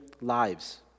lives